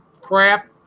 crap